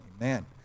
Amen